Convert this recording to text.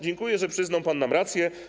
Dziękuję, że przyznał nam pan rację.